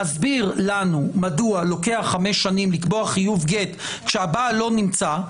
להסביר לנו מדוע לוקח חמש שנים לקבוע חיוב גט כשהבעל לא נמצא?